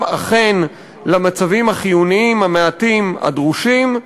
אכן למצבים החיוניים המעטים הדרושים,